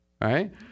Right